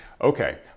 Okay